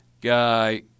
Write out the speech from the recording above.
guy